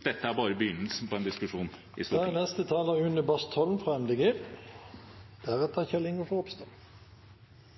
Dette er bare begynnelsen på en diskusjon i